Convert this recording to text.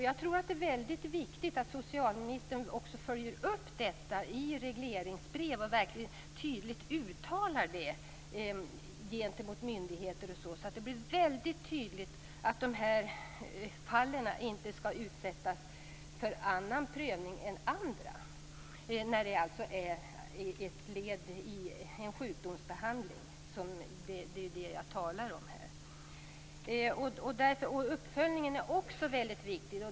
Jag tror att det är väldigt viktigt att socialministern också följer upp detta i regleringsbrev och verkligen tydligt uttalar detta gentemot myndigheter osv., så att det blir riktigt tydligt att de här fallen inte skall utsättas för annan prövning än andra när det är fråga om ett led i en sjukdomsbehandling - det är ju det som jag här talar om. Uppföljningen är också mycket viktig.